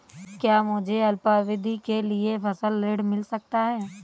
क्या मुझे अल्पावधि के लिए फसल ऋण मिल सकता है?